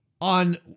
on